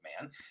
man